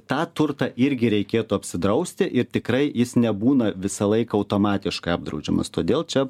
tą turtą irgi reikėtų apsidrausti ir tikrai jis nebūna visą laiką automatiškai apdraudžiamas todėl čia